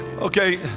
Okay